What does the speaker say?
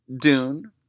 Dune